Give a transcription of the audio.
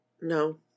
no